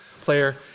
player